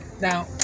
Now